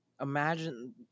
imagine